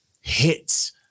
hits